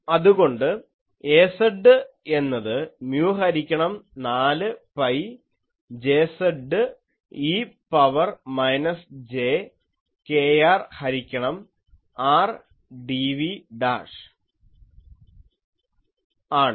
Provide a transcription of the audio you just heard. അതുകൊണ്ട് Az എന്നത് mu ഹരിക്കണം 4 pi Jz e power minus j kr ഹരിക്കണം r dv' ആണ്